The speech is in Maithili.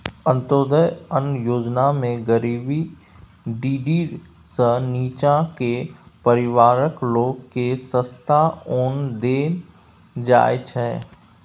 अंत्योदय अन्न योजनामे गरीबी डिडीर सँ नीच्चाँ केर परिबारक लोककेँ सस्ता ओन देल जाइ छै